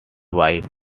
wife